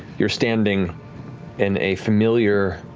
you're standing in a familiar